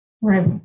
Right